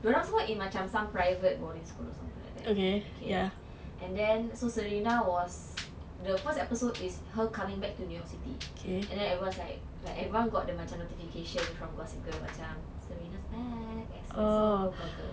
dia orang semua macam in some private boarding school something like that okay and then so serena was the first episode is her coming back to new york city and then everyone is like everyone got the macam notification from gossip girl macam serena's back X_O_X_O